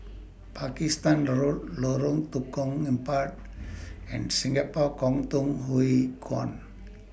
Pakistan Road Lorong Tukang Empat and Singapore Kwangtung Hui Kuan